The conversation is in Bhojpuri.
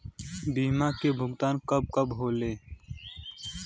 बीमा के भुगतान कब कब होले?